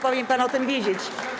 Powinien pan o tym wiedzieć.